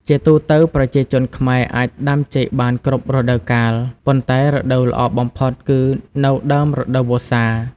ជាទូទៅ ប្រជាជនខ្មែរអាចដាំចេកបានគ្រប់រដូវកាល ប៉ុន្តែរដូវល្អបំផុតគឺនៅដើមរដូវវស្សា។